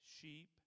sheep